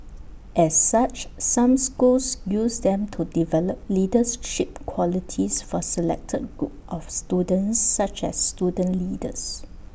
as such some schools use them to develop leadership qualities for selected groups of students such as student leaders